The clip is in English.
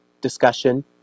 discussion